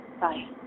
Bye